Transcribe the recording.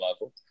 level